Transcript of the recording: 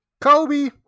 kobe